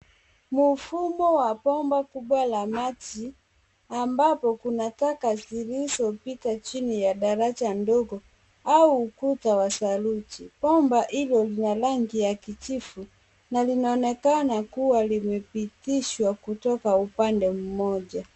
Mvumo wa bomba kubwa la maji, ambapo kuna taka zilizopita chini ya daraja ndogo au ukuta wa saruji. Bomba hilo lina rangi ya kijivu na linaonekana kuwa limepitishwa kutoka upande mmoja.